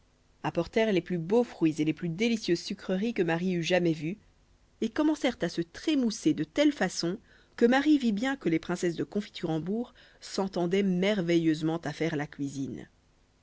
apportèrent les plus beaux fruits et les plus délicieuses sucreries que marie eût jamais vus et commencèrent à se trémousser de telle façon que marie vit bien que les princesses de confiturembourg s'entendaient merveilleusement à faire la cuisine